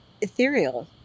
ethereal